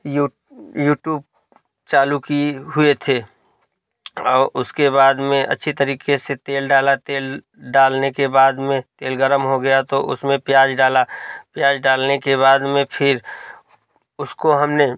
YouTube चालू की हुए थे और उसके बाद में अच्छी तरीके से तेल डाला तेल डालने के बाद में तेल गर्म हो गया तो उसमें प्याज डाला प्याज डालने के बाद में फिर उसको हमने